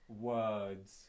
words